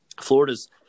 Florida's